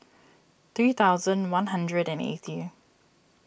three thousand one hundred and eighty